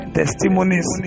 testimonies